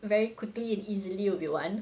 very quickly and easily will be [one]